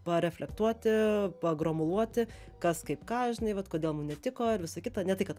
pareflektuoti pagromuluoti kas kaip ką žinai vat kodėl mum netiko ir visa kita ne tai kad